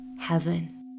heaven